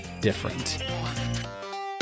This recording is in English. different